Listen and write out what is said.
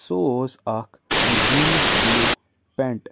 سُہ اوس اَکھ جیٖنٕز بِلوٗ پٮ۪نٛٹ